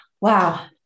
wow